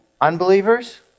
unbelievers